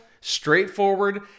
straightforward